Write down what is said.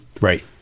Right